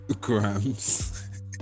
grams